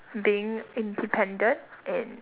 being independent and